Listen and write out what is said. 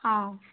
ହଁ